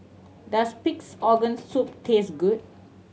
does Pig's Organ Soup taste good